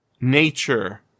nature